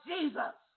Jesus